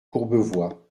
courbevoie